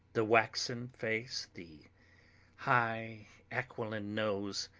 the waxen face the high aquiline nose,